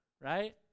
right